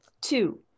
Two